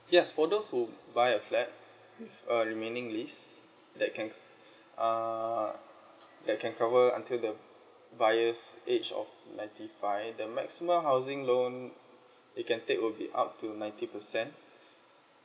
yes for those who buy a flat with uh remaining list that you can uh that it can cover until the buyer's age of ninety five the maximum housing loan you can take will be up to ninety percent